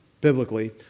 biblically